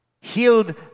healed